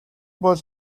бол